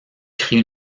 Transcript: crée